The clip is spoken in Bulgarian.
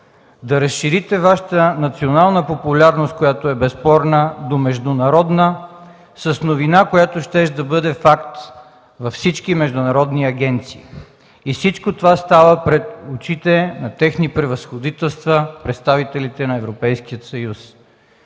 да разширите Вашата национална популярност, която е безспорна, до международна – с новина, която щеше да бъде факт във всички международни агенции и всичко това става пред очите на техни Превъзходителства, представителите на Европейския съюз.